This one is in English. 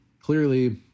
Clearly